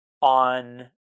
on